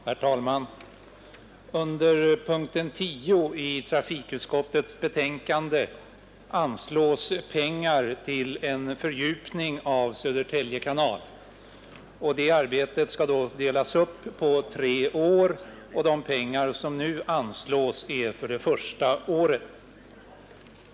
Herr talman! Under punkten 10 i trafikutskottets betänkande anslås pengar till en fördjupning av Södertälje kanal. Det arbetet skall delas upp på tre år, och de pengar som nu anslås är för det första året.